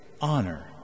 honor